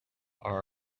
are